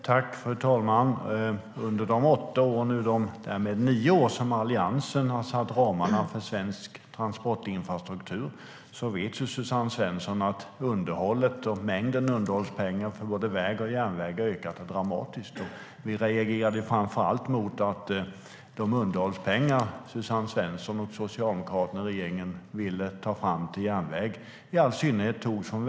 Fru talman! Under de numera nio år som Alliansen har satt ramarna för svensk transportinfrastruktur har mängden underhållspengar till både väg och järnväg ökat dramatiskt. Det vet Suzanne Svensson. Vi reagerade framför allt mot att de underhållspengar Suzanne Svensson och den socialdemokratiska regeringen ville ta fram till järnvägen togs från vägsystemet.